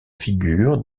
figure